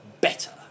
better